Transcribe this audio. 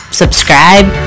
subscribe